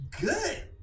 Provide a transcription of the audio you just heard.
good